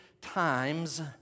times